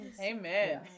amen